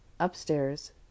Upstairs